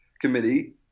Committee